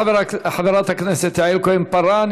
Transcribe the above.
תודה לחברת הכנסת יעל כהן-פארן.